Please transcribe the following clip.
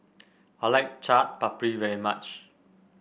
I like Chaat Papri very much